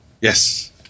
Yes